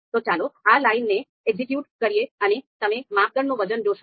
તો ચાલો આ લાઇનને એક્ઝિક્યુટ કરીએ અને તમે માપદંડનું વજન જોશો